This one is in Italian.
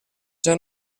già